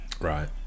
Right